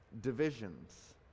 divisions